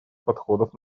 подходов